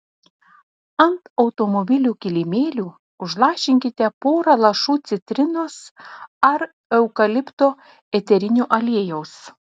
ant automobilių kilimėlių užlašinkite porą lašų citrinos ar eukalipto eterinio aliejaus